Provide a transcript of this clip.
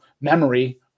memory